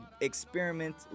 experiment